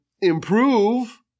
improve